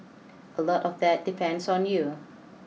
a lot of that depends on you